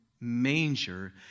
manger